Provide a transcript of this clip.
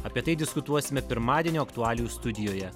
apie tai diskutuosime pirmadienio aktualijų studijoje